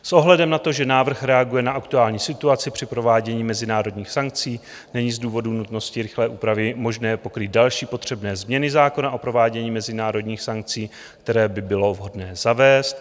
S ohledem na to, že návrh reaguje na aktuální situaci při provádění mezinárodních sankcí, není z důvodu nutnosti rychlé úpravy možné pokrýt další potřebné změny zákona o provádění mezinárodních sankcí, které by bylo vhodné zavést.